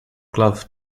glove